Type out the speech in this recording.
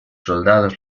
soldados